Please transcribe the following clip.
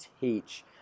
teach